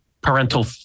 parental